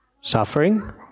suffering